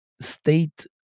state